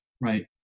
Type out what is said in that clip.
Right